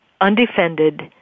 undefended